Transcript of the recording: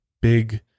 big